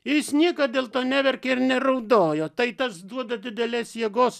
jis niekad dėl to neverkė ir neraudojo tai tas duoda didelės jėgos